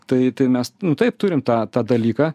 tai tai mes taip turim tą tą dalyką